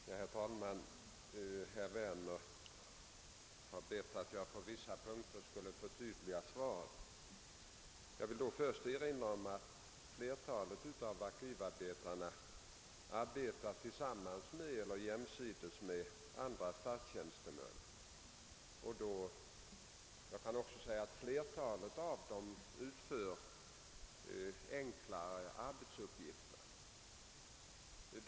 Herr talman! Herr Werner har bett att jag på vissa punkter skall förtydliga svaret. Jag vill först erinra om att flertalet av arkivarbetarna arbetar tillsammans med eller jämsides med andra statstjänstemän, och majoriteten av dem utför enkla arbetsuppgifter.